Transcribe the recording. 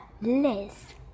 Liz